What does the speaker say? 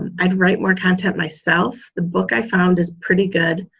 and i'd write more content myself. the book i found is pretty good